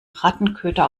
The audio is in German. rattenköder